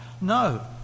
No